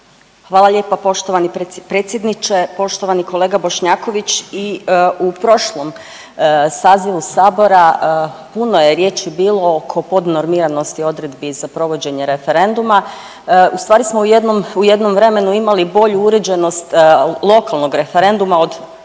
Hvala lijepa poštovani predsjedniče. Poštovani kolega Bošnjaković i u prošlom sazivu sabora puno je riječi bilo oko podnormiranosti odredbi za provođenje referenduma. Ustvari smo u jednom, u jednom vremenu imali bolju uređenost lokalnog referenduma od